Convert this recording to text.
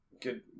Good